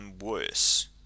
worse